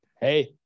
Hey